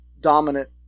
dominant